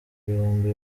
ibihumbi